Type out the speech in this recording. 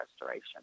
restoration